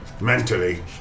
mentally